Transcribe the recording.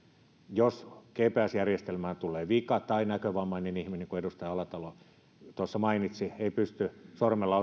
jos gps järjestelmään tulee vika tai jos näkövammainen ihminen niin kuin edustaja alatalo tuossa mainitsi ei pysty sormella